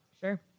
Sure